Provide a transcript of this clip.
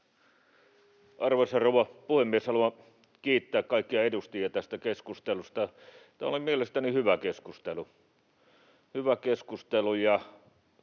Arvoisa rouva puhemies! Haluan kiittää kaikkia edustajia tästä keskustelusta. Tämä oli mielestäni hyvä keskustelu — hyvä keskustelu.